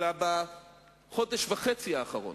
אלא בחודש וחצי האחרון,